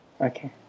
okay